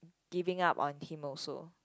giving up on him also